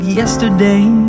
yesterday